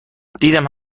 دیدم